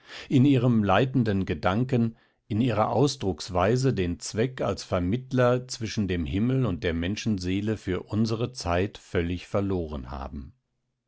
in ihrem leitenden gedanken ihrer ausdrucksweise den zweck als vermittler zwischen dem himmel und der menschenseele für unsere zeit völlig verloren haben